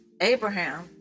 Abraham